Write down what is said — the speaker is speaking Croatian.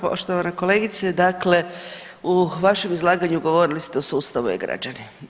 Poštovana kolegice dakle u vašem izlaganju govorili ste o sustavu e-građani.